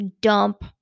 dump